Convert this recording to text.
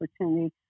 opportunity